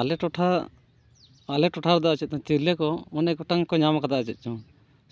ᱟᱞᱮ ᱴᱚᱴᱷᱟ ᱟᱞᱮ ᱴᱚᱴᱷᱟ ᱨᱮᱫᱚ ᱪᱮᱫ ᱪᱚᱝ ᱛᱤᱨᱞᱟᱹ ᱠᱚ ᱚᱱᱮᱠ ᱜᱚᱴᱟᱝ ᱠᱚ ᱧᱟᱢ ᱠᱟᱫᱟ ᱪᱮᱫ ᱪᱚᱝ